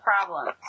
problem